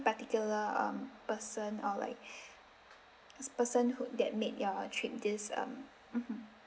particular um person or like person who that made your trip this um mmhmm